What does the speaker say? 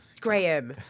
Graham